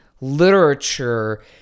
literature